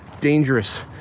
dangerous